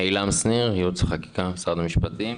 ייעוץ וחקיקה, משרד המשפטים.